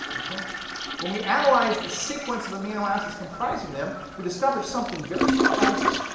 when we analyze the sequence of amino acids comprising them, we discover something very surprising.